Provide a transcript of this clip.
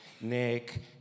Nick